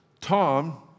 Tom